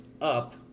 up